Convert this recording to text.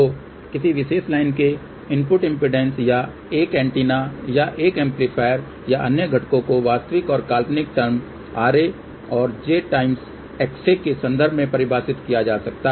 तो किसी विशेष लाइन के इनपुट इम्पीडेन्स या यह एक एंटीना या एक एम्पलीफायर या अन्य घटकों को वास्तविक और काल्पनिक टर्म RA और j XA के संदर्भ में परिभाषित किया जा सकता है